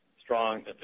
strong